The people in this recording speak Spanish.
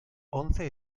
once